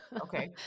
Okay